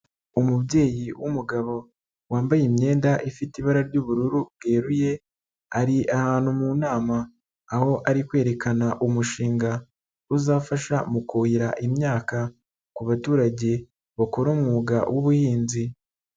Umubyeyi w'umugabo wambaye imyenda ifite ibara ry'ubururu bweruye, ari ahantu mu nama, aho ari kwerekana umushinga, uzafasha mu kuhira imyaka ku baturage bakora umwuga w'ubuhinzi.